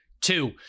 two